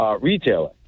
retailer